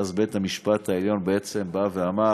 ואז בית-המשפט העליון בעצם אמר